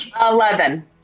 Eleven